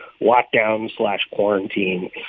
lockdown-slash-quarantine